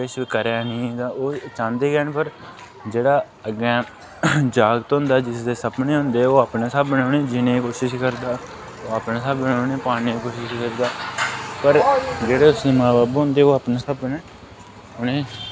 किश करा नी तां ओह् चांह्दे गै हैन पर जेह्ड़ा अग्गें जागत होंदा ऐ जिसदे सपने होंदे न ओह् अपने स्हाबै कन्नै उने'ई जीने दी कोशिश करदा ओह् अपने स्हाबै ने उने'ई पाने दी कोशिश करदा पर जेह्ड़े उसदे मां बब्ब होंदे ओह् अपने स्हाबै ने उनें'ई